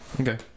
Okay